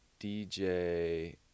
DJ